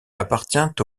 appartient